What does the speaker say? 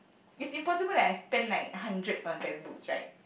it's impossible that I spent like hundreds on textbooks right